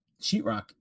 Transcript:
sheetrock